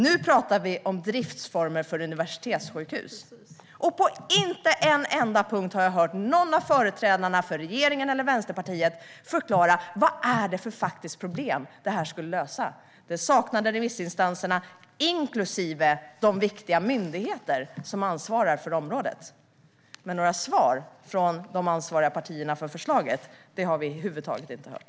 Nu pratar vi om driftsformer för universitetssjukhus, och inte på en enda punkt har jag hört någon av företrädarna för regeringen eller Vänsterpartiet förklara vad det är för faktiskt problem som förslaget skulle lösa. Det saknade också remissinstanserna, inklusive de viktiga myndigheter som ansvarar för området. Men några svar från de partier som ansvarar för förslaget har vi över huvud taget inte hört.